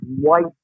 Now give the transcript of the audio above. white